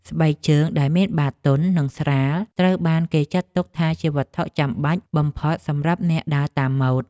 ស្បែកជើងដែលមានបាតទន់ និងស្រាលត្រូវបានគេចាត់ទុកថាជាវត្ថុចាំបាច់បំផុតសម្រាប់អ្នកដើរតាមម៉ូដ។